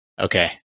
Okay